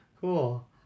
Cool